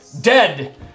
dead